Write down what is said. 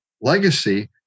legacy